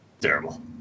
Terrible